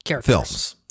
films